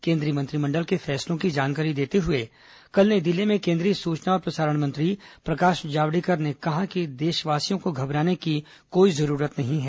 केन्द्रीय मंत्रिमंडल के फैसलों की जानकारी देते हुए कल नई दिल्ली में केन्द्रीय सूचना और प्रसारण मंत्री प्रकाश जावड़ेकर ने कहा कि देशवासियों को घबराने की कोई जरूरत नहीं है